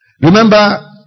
Remember